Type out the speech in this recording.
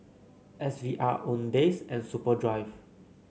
S V R Owndays and Superdry